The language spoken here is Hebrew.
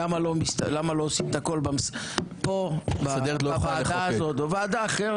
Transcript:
למה לא עושים את הכול פה בוועדה הזאת או ועדה אחרת?